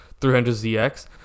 300ZX